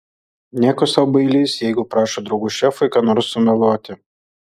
nieko sau bailys jeigu prašo draugų šefui ką nors sumeluoti